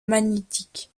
magnétique